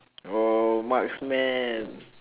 !whoa! marksman